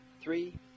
Three